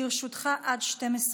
לרשותך עד 12 דקות.